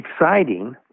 exciting